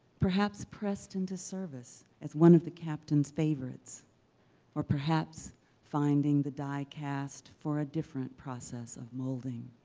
perhaps pressed into service as one of the captain's favorites or perhaps finding the die cast for a different process of molding.